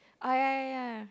oh ya ya